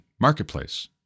marketplace